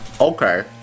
Okay